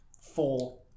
four